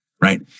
Right